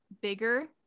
bigger